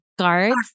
cards